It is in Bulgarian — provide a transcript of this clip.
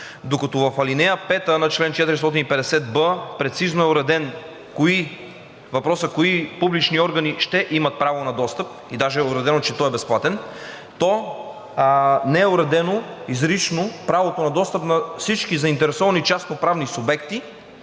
Докато в ал. 5 на чл. 450б прецизно е уреден въпросът кои публични органи ще имат право на достъп и даже е уредено, че той е безплатен, то не е уредено изрично правото на достъп на всички заинтересовани частноправни субекти,